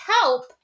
help